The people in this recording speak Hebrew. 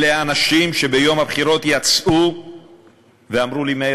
אלה האנשים שביום הבחירות יצאו ואמרו לי: מאיר,